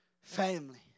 family